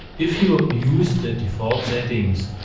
if you use the default settings.